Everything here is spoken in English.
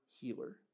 healer